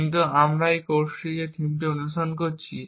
কিন্তু আমরা এই কোর্সে যে থিমটি অনুসরণ করেছি